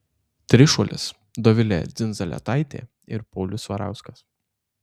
trišuolis dovilė dzindzaletaitė ir paulius svarauskas